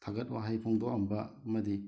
ꯊꯥꯒꯠ ꯋꯥꯍꯩ ꯐꯣꯡꯗꯣꯛꯑꯃꯕ ꯑꯃꯗꯤ